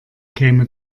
käme